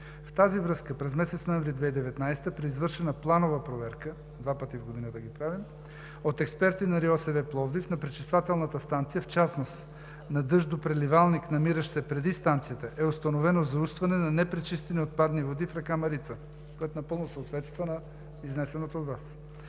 В тази връзка през месец ноември 2019 г. при извършена планова проверка – два пъти в годината ги правим, от експерти на РИОСВ – Пловдив, на пречиствателната станция, в частност на дъждопреливник, намиращ се преди станция е установено заустване на непречистени отпадни води в река Марица, което напълно съответства на изнесеното от Вас,